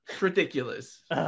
ridiculous